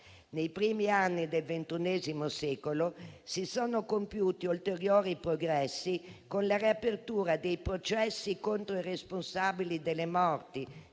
Nei primi anni del Ventunesimo secolo si sono compiuti ulteriori progressi, con la riapertura dei processi contro i responsabili delle morti